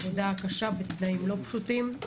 העבודה הקשה בתנאים לא פשוטים,